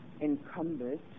encumbered